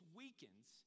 weakens